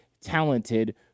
talented